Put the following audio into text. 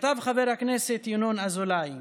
כתב חבר הכנסת ינון אזולאי: